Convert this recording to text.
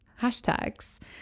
hashtags